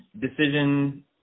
decision